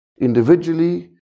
individually